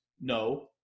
No